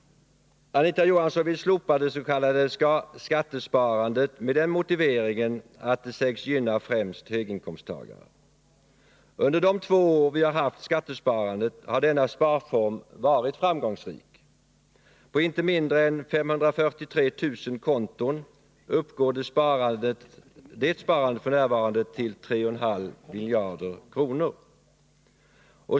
Anita Johansson vill slopa skattesparandet med den motiveringen att det skulle gynna främst höginkomsttagare. Under de två år vi har haft skattesparandet har denna sparform varit framgångsrik. På inte mindre än 543 000 konton uppgår detta sparande f. n. till 3,5 miljarder kronor.